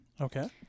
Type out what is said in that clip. Okay